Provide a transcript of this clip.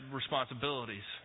responsibilities